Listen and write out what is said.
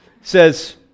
says